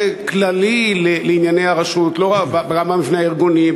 כללי לענייני הרשות ברמת המבנה הארגוני,